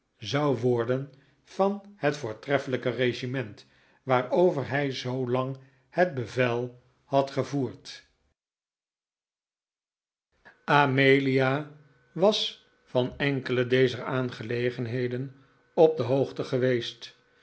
zou worden van het voortreffelijke regiment waarover hij zoo lang het bevel had gevoerd amelia was van enkele dezer aangelegenheden op de hoogte geweest